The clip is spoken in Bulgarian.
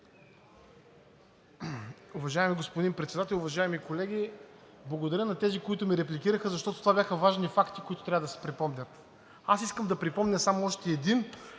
Уважаеми господин Председател, уважаеми колеги! Благодаря на тези, които ме репликираха, защото това бяха важни факти, които трябва да се припомнят. Аз искам да припомня само още един,